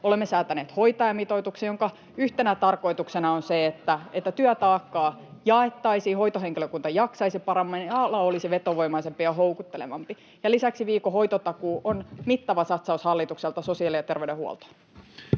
olette vain pahentaneet tilannetta! — Välihuutoja] että työtaakkaa jaettaisiin, hoitohenkilökunta jaksaisi paremmin ja ala olisi vetovoimaisempi ja houkuttelevampi. Ja lisäksi viikon hoitotakuu on mittava satsaus hallitukselta sosiaali- ja terveydenhuoltoon.